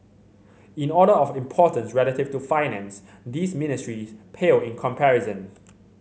in order of importance relative to Finance these ministries pale in comparison